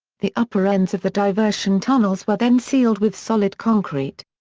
the upper ends of the diversion tunnels were then sealed with solid concrete.